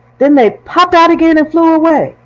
then, they popped out again and flew away.